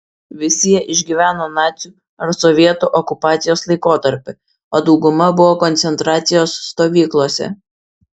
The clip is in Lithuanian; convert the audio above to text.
visi jie išgyveno nacių ar sovietų okupacijos laikotarpį o dauguma buvo koncentracijos stovyklose